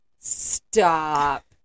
Stop